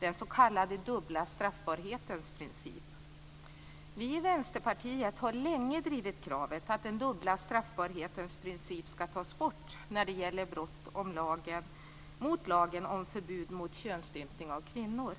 den s.k. dubbla straffbarhetens princip. Vi i Vänsterpartiet har länge drivit kravet att den dubbla straffbarhetens princip skall tas bort när det gäller brott mot lagen om förbud mot könsstympning av kvinnor.